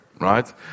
right